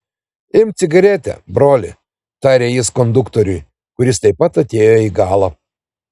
imk cigaretę broli tarė jis konduktoriui kuris taip pat atėjo į galą